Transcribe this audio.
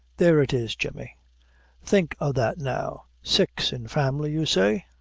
there it is, jemmy think o' that now. six in family, you say?